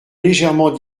légèrement